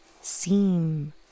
seem